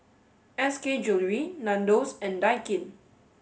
S K Jewellery Nandos and Daikin